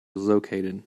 located